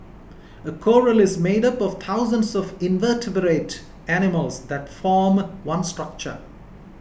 a coral is made up of thousands of invertebrate animals that form one structure